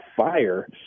fire